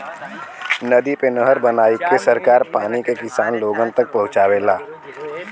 नदी पे नहर बनाईके सरकार पानी के किसान लोगन तक पहुंचावेला